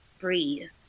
breathe